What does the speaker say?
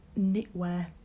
knitwear